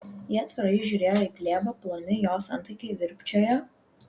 ji atvirai žiūrėjo į glėbą ploni jos antakiai virpčiojo